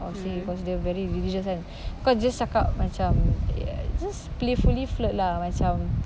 I would say because dia very religious kan kau just cakap macam just playfully flirt lah macam